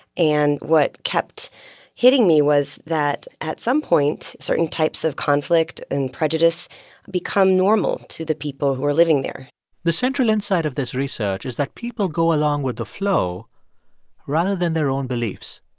and what kept hitting me was that at some point, certain types of conflict and prejudice become normal to the people who are living there the central insight of this research is that people go along with the flow rather than their own beliefs.